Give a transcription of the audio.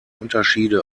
unterschiede